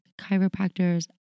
chiropractors